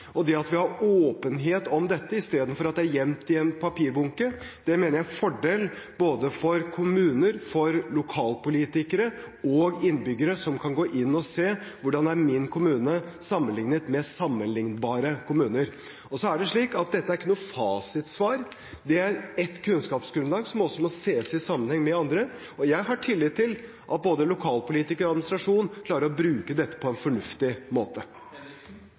Og det at vi har åpenhet om dette, istedenfor at det er gjemt i en papirbunke, mener jeg er en fordel både for kommuner, for lokalpolitikere og for innbyggerne, som kan gå inn og se hvordan kommunen deres er sammenlignet med sammenlignbare kommuner. Så er det slik at dette ikke er noe fasitsvar. Dette er ett kunnskapsgrunnlag, som også må ses i sammenheng med andre. Jeg har tillit til at både lokalpolitikere og administrasjon klarer å bruke dette på en fornuftig måte.